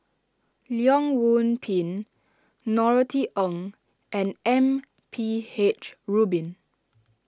Leong Yoon Pin Norothy Ng and M P H Rubin